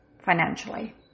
financially